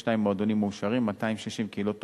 72 מועדונים מאושרים, 260 קהילות תומכות,